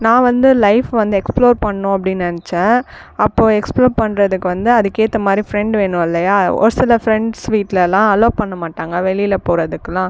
நான் வந்து லைஃப் வந்து எக்ஸ்ப்ளோர் பண்ணும் அப்படின்னு நினைச்சேன் அப்போது எக்ஸ்ப்ளோர் பண்ணுறதுக்கு வந்து அதுக்கேற்ற மாதிரி ஃப்ரெண்ட் வேணும் இல்லையா ஒரு சில ஃப்ரெண்ட்ஸ் வீட்லேலாம் அலோவ் பண்ண மாட்டாங்கள் வெளியில் போகிறதுக்குலாம்